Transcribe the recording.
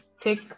take